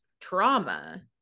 trauma